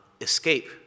escape